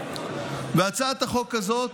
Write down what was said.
הצעת החוק הזאת,